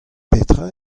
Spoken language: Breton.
petra